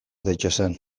daitezen